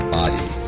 body